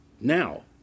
now